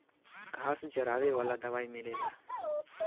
घास जरावे वाला दवाई मिलेला